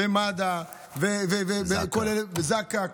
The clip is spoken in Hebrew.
ומד"א, וזק"א.